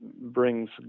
brings